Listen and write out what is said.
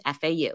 FAU